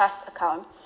trust account